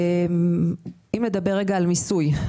נדבר על מיסוי.